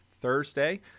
thursday